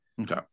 Okay